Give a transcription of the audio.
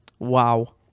Wow